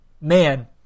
man